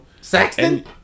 Saxton